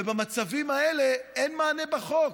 ובמצבים האלה אין מענה בחוק.